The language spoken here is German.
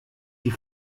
die